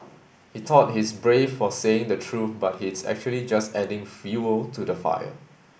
he thought he's brave for saying the truth but he's actually just adding fuel to the fire